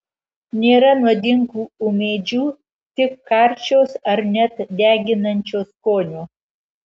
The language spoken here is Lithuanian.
nėra nuodingų ūmėdžių tik karčios ar net deginančio skonio